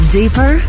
deeper